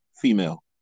female